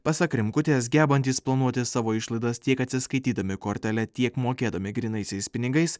pasak rimkutės gebantys planuoti savo išlaidas tiek atsiskaitydami kortele tiek mokėdami grynaisiais pinigais